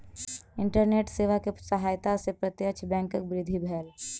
internet सेवा के सहायता से प्रत्यक्ष बैंकक वृद्धि भेल